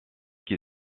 qui